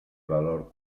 valor